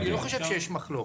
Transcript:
אני לא חושב שיש מחלוקת.